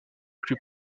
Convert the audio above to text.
plus